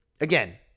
Again